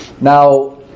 Now